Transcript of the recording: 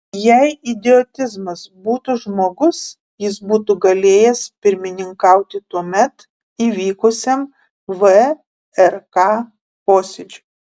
jei idiotizmas būtų žmogus jis būtų galėjęs pirmininkauti tuomet įvykusiam vrk posėdžiui